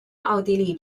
奥地利